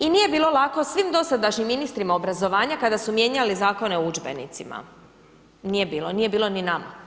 I nije bilo lako svim dosadašnjim ministrima obrazovanja kada su mijenjali Zakone o udžbenicima, nije bilo, nije bilo ni nama.